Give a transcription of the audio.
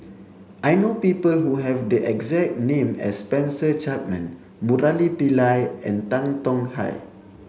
I know people who have the exact name as Spencer Chapman Murali Pillai and Tan Tong Hye